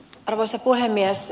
arvoisa puhemies